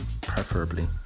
Preferably